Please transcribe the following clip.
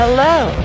Hello